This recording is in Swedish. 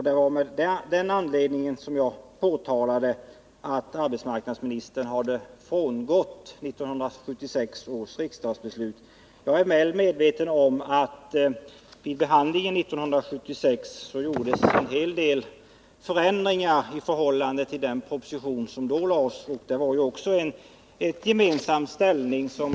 Det var av denna anledning jag påtalade att arbetsmarknadsministern hade frångått 1976 års riksdagsbeslut. Jag är väl medveten om att det vid behandlingen 1976 gjordes en hel del förändringar i förhållande till den proposition som då framlagts.